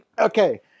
okay